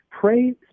pray